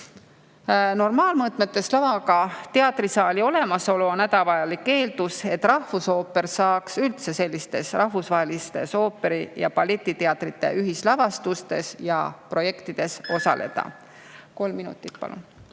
Normaalmõõtmetes lavaga teatrisaali olemasolu on hädavajalik eeldus, et rahvusooper saaks üldse sellistes rahvusvahelistes ooperi- ja balletiteatrite ühislavastustes ja -projektides osaleda. Kolm minutit palun